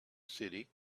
city